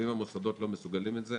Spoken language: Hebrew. ואם המוסדות לא מסוגלים לזה,